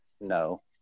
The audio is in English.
no